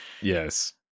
Yes